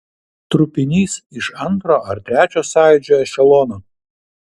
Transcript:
trupinys iš antro ar trečio sąjūdžio ešelono